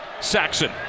Saxon